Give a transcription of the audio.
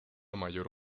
mayor